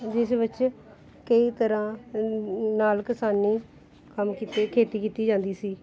ਜਿਸ ਵਿੱਚ ਕਈ ਤਰ੍ਹਾਂ ਨਾਲ ਕਿਸਾਨੀ ਕੰਮ ਕੀਤੇ ਖੇਤੀ ਕੀਤੀ ਜਾਂਦੀ ਸੀ